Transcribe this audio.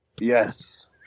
Yes